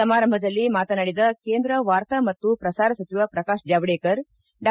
ಸಮಾರಂಭದಲ್ಲಿ ಮಾತನಾಡಿದ ಕೇಂದ್ರ ವಾರ್ತಾ ಮತ್ತು ಪ್ರಸಾರ ಸಚಿವ ಪ್ರಕಾಶ್ ಜಾವಡೇಕರ್ ಡಾ